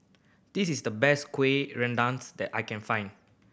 this is the best kuih that I can find